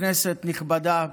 כנסת נכבדה,